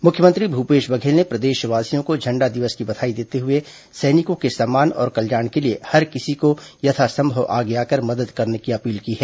मुख्यमंत्री भूपेश बघेल ने प्र दे शवासियों को झंडा दिवस की बधाई देते हुए सैनिकों के सम्मान और कल्याण के लिए हर किसी को यथासंभव आगे आकर मदद करने की अपील की है